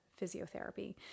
physiotherapy